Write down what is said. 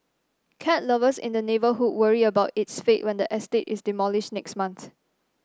cat lovers in the neighbourhood worry about its fate when the estate is demolished next month